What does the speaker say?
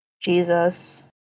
Jesus